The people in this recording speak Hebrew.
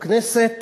בכנסת,